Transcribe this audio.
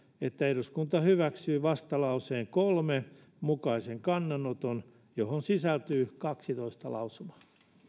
että eduskunta hyväksyy vastalauseen kolmen mukaisen kannanoton johon sisältyy kaksitoista lausumaa